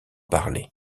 parler